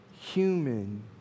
human